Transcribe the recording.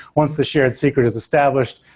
once the shared secret is established,